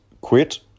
quit